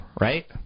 right